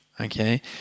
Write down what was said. okay